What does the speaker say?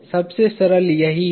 सबसे सरल यही है